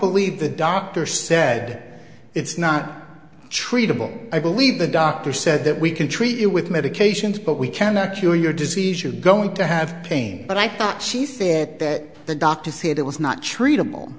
believe the doctor said it's not treatable i believe the doctor said that we can treat it with medications but we cannot cure your disease you're going to have pain but i thought she said that the doctor said it was not treatable